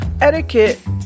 etiquette